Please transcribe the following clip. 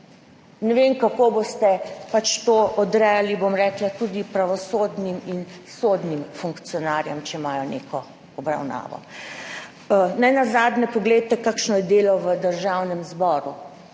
Ne vem, kako boste to odrejali tudi pravosodnim in sodnim funkcionarjem, če imajo neko obravnavo. Nenazadnje, poglejte, kakšno je delo v Državnem zboru,